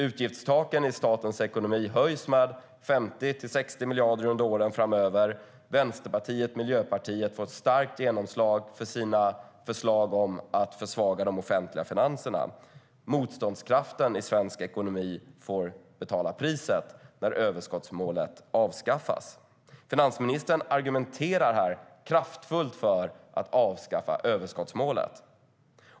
Utgiftstaken i statens ekonomi höjs med 50-60 miljarder under åren framöver. Vänsterpartiet och Miljöpartiet får starkt genomslag för sina förslag om att försvaga de offentliga finanserna. Motståndskraften i svensk ekonomi får betala priset när överskottsmålet avskaffas. Finansministern argumenterar kraftfullt för att avskaffa överskottsmålet.